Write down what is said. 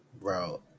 Bro